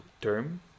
term